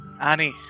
Annie